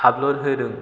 upload होदों